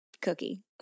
cookie